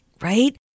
right